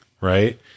right